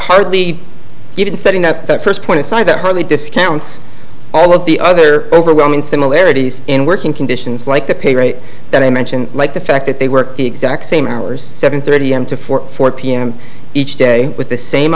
hardly even setting that first point aside that hardly discounts all of the other overwhelming similarities in working conditions like the pay rate that i mentioned like the fact that they work the exact same hours seven thirty am to four four pm each day with the same